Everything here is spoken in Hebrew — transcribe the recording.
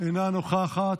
אינה נוכחת,